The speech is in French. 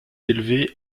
élevé